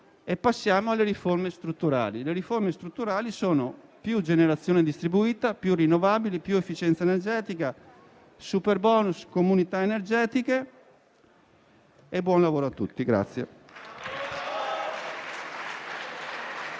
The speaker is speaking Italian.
passiamo alle riforme strutturali. Le riforme strutturali sono: più generazione distribuita, più rinnovabili, più efficienza energetica, superbonus, comunità energetiche. E buon lavoro a tutti.